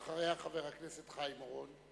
ואחריה, חבר הכנסת חיים אורון.